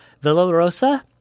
Villarosa